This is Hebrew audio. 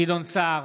גדעון סער,